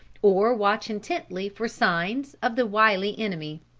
or watch intently for signs of the wiley enemy.